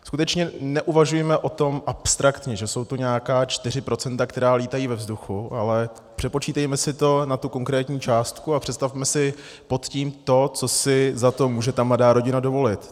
Skutečně neuvažujme o tom abstraktně, že jsou to nějaká čtyři procenta, která lítají ve vzduchu, ale přepočítejme si to na tu konkrétní částku a představme si pod tím to, co si může ta mladá rodina dovolit.